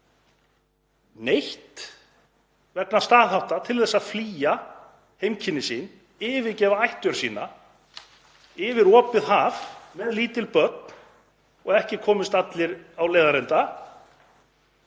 neytt vegna staðhátta til að flýja heimkynni sín, yfirgefa ættjörð sína yfir opið haf með lítil börn og ekki komust allir á leiðarenda.